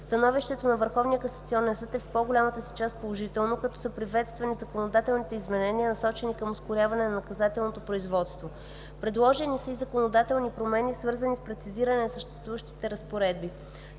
касационен съд е в по-голямата си част положително, като са приветствани законодателните изменения, насочени към ускоряване на наказателното производство. Предложени са и законодателни промени, свързани с прецизиране на съществуващи разпоредби.